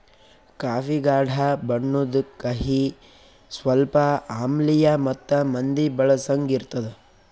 coffee ಗಾಢ ಬಣ್ಣುದ್, ಕಹಿ, ಸ್ವಲ್ಪ ಆಮ್ಲಿಯ ಮತ್ತ ಮಂದಿ ಬಳಸಂಗ್ ಇರ್ತದ